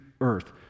earth